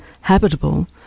habitable